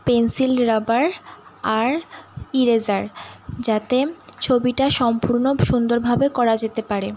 pencil rubber আর eraser যাতে ছবিটা সম্পূর্ণ সুন্দরভাবে করা যেতে পারে